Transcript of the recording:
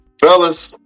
Fellas